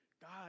God